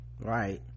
right